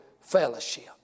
fellowship